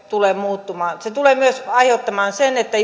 tulee muuttumaan se tulee myös aiheuttamaan sen että